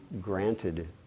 granted